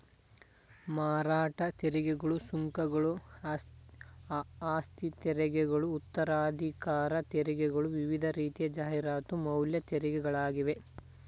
ಮಾರಾಟ ತೆರಿಗೆಗಳು, ಸುಂಕಗಳು, ಆಸ್ತಿತೆರಿಗೆಗಳು ಉತ್ತರಾಧಿಕಾರ ತೆರಿಗೆಗಳು ವಿವಿಧ ರೀತಿಯ ಜಾಹೀರಾತು ಮೌಲ್ಯ ತೆರಿಗೆಗಳಾಗಿವೆ